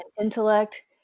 intellect